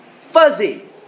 fuzzy